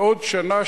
מודה,